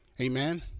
Amen